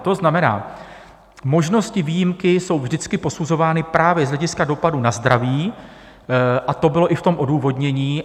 To znamená, možnosti výjimky jsou vždycky posuzovány právě z hlediska dopadu na zdraví, a to bylo i v tom odůvodnění.